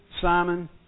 Simon